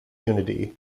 unity